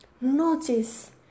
Notice